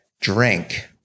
drink